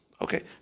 Okay